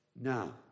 now